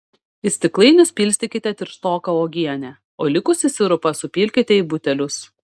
į stiklainius pilstykite tirštoką uogienę o likusį sirupą supilkite į butelius